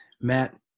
Matt